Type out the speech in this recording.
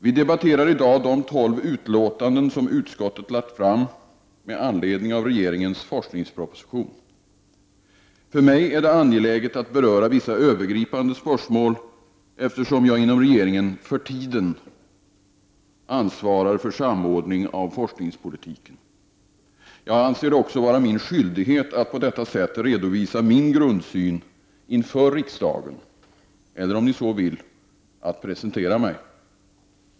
Vi debatterar i dag de tolv betänkanden som utskotten har lagt fram med anledning av regeringens forskningsproposition. För mig är det angeläget att beröra vissa övergripande spörsmål, eftersom jag inom regeringen för tiden ansvarar för samordning av forskningspolitiken. Jag anser det också vara min skyldighet att på detta sätt redovisa min grundsyn inför riksdagen, eller om ni så vill presentera mig.